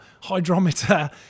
hydrometer